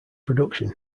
production